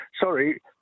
sorry